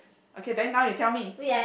okay then now you tell me